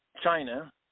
China